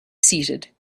seated